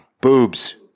Boobs